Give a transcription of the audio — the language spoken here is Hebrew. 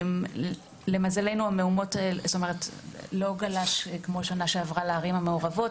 למזלנו המהומות לא גלשו לערים המעורבות,